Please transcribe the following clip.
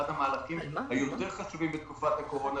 המהלכים היותר חשובים מתקופת הקורונה,